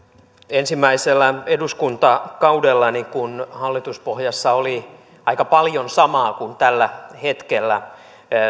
ensimmäisellä eduskuntakaudellani kun hallituspohjassa oli aika paljon samaa kuin tällä hetkellä